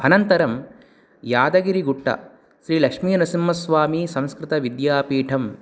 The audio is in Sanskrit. अनन्तरं यादगिरीगुट्टा श्रीलक्ष्मीनरसिह्मस्वामीसंस्कृतविद्यापीठम्